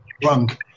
drunk